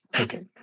Okay